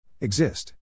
Exist